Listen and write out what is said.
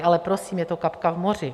Ale prosím, je to kapka v moři.